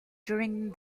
during